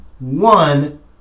one